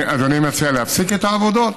אדוני מציע להפסיק את העבודות?